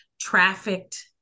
trafficked